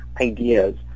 ideas